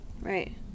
Right